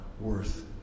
worth